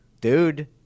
Dude